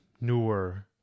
newer